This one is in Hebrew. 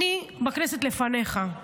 אני בכנסת לפניך,